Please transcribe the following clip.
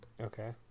Okay